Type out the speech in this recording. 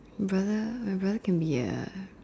brother my brother can be a